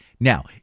Now